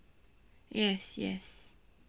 yes yes